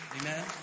Amen